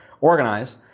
organize